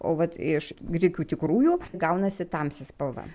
o vat iš grikių tikrųjų gaunasi tamsi spalva